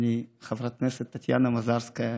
חברת הכנסת טטיאנה מזרסקי,